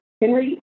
Henry